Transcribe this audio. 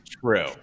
True